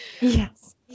Yes